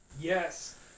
Yes